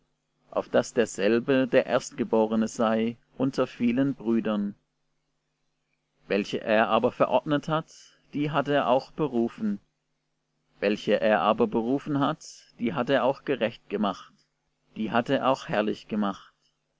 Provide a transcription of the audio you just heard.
auf daß derselbe der erstgeborene sei unter vielen brüdern welche er aber verordnet hat die hat er auch berufen welche er aber berufen hat die hat er auch gerecht gemacht die hat er auch herrlich gemacht